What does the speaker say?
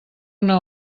una